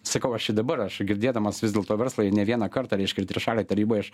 sakau aš ir dabar aš girdėdamas vis dėlto verslą ir ne vieną kartą reiškia ir trišalėj taryboj aš